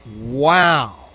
Wow